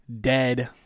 dead